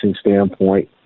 standpoint